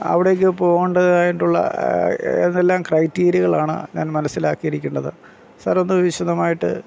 അവിടേക്ക് പോകേണ്ടതായിട്ടുള്ള എന്തെല്ലാം ക്രൈറ്റീരിയകളാണ് ഞാൻ മനസ്സിലാക്കി ഇരിക്കേണ്ടത് സാറൊന്ന് വിശദമായിട്ട്